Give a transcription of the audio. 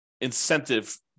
incentive